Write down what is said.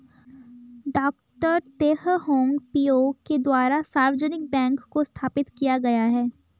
डॉ Teh Hong Piow के द्वारा सार्वजनिक बैंक को स्थापित किया गया है